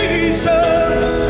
Jesus